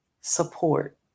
support